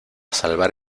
salvar